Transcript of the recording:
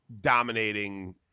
dominating